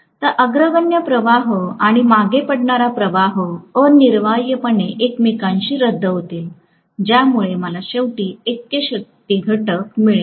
तर अग्रगण्य प्रवाह आणि मागे पडणारा प्रवाह अनिवार्यपणे एकमेकांशी रद्द होईल ज्यामुळे मला शेवटी ऐक्य शक्ती घटक मिळेल